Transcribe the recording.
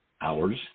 Hours